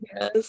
Yes